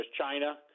China